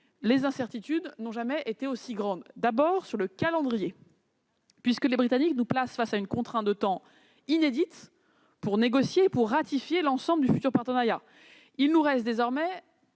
les incertitudes n'ont jamais été aussi grandes, et d'abord sur le calendrier. Les Britanniques nous placent face à une contrainte de temps inédite pour négocier et ratifier l'ensemble du futur partenariat. Il nous reste désormais